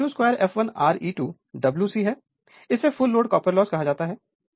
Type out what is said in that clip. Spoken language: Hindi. तो I22fl Re2 Wcहै इसे फुल लोड कॉपर लॉस कहा जाता है